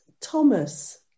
Thomas